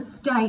state